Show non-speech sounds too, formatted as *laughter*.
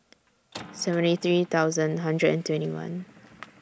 *noise* seventy three thousand hundred and twenty one